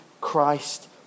Christ